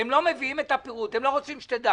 הם לא מביאים את הפירוט, הם לא רוצים שתדע